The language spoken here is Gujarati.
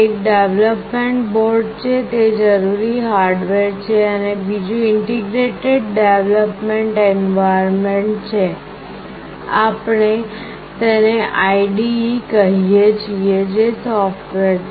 એક ડેવલપમેન્ટ બોર્ડ છે તે જરૂરી હાર્ડવેર છે અને બીજું ઇન્ટિગ્રેટેડ ડેવલપમેન્ટ એન્વાયર્નમેન્ટ છે આપણે તેને IDE કહીએ છીએ જે સોફ્ટવૅર છે